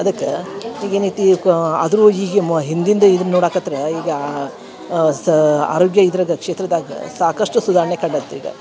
ಅದಕ್ಕೆ ಈಗ ಏನೈತಿ ಇವ್ಕ ಆದರೂ ಈಗ ಮು ಹಿಂದಿಂದ ಇದನ್ನ ನೋಡಕತ್ರೆ ಈಗ ಸ ಆರೋಗ್ಯ ಇದ್ರಾಗ ಕ್ಷೇತ್ರದಾಗ ಸಾಕಷ್ಟು ಸುಧಾರ್ಣೆ ಕಂಡತೆ ಈಗ